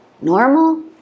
normal